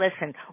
listen